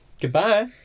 Goodbye